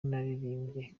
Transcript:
naririmbye